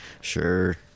Sure